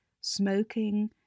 smoking